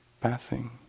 passing